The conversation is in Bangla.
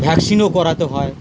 ভ্যাকসিনও করাতে হয়